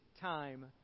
time